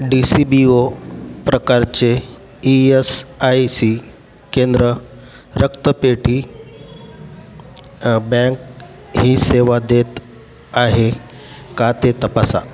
D C B O प्रकारचे E S I C केंद्र रक्तपेढी बँक ही सेवा देत आहे का ते तपासा